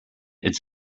its